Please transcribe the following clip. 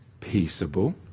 peaceable